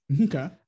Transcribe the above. Okay